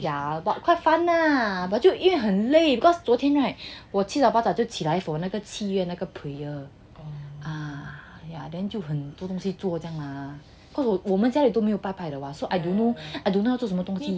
yeah quite fun lah but 就因为很累 because 昨天 right 我七早八早就起来 for 那个七月那个 prayer ah yeah then 就很多东西坐这样啦我们家里都没有拜拜的嘛 so I don't know 要做什么东西